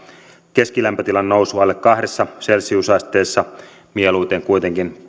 keskilämpötilan nousu alle kahdessa celsiusasteessa mieluiten kuitenkin